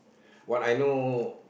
what I know